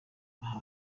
aha